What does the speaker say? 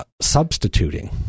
substituting